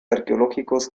arqueológicos